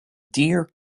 deer